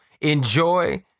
enjoy